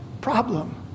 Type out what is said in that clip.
problem